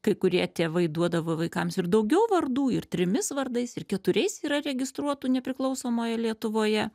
kai kurie tėvai duodavo vaikams ir daugiau vardų ir trimis vardais ir keturiais yra registruotų nepriklausomoje lietuvoje